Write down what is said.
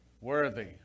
Worthy